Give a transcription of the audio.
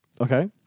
Okay